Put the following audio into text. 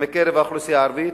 מקרב האוכלוסייה הערבית,